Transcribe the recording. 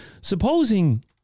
Supposing